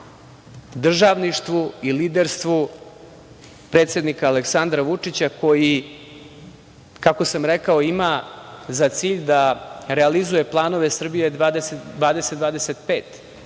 državništvu i liderstvu predsednika Aleksandra Vučića koji, kako sam rekao, ima za cilj da realizuje planove "Srbija 2025",